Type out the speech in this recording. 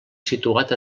situat